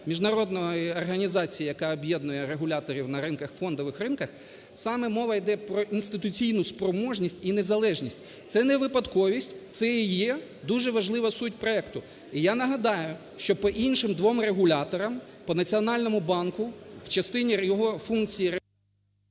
міжнародної організації, яка об'єднує регуляторів на ринках, фондових ринках, саме мова йде про інституційну спроможність і незалежність. Це не випадковість, це і є дуже важлива суть проекту. І я нагадаю, що по іншим двом регуляторам, по Національному банку в частині його функції…